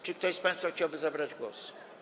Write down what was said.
Czy ktoś z państwa chciałby zabrać głos?